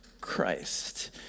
Christ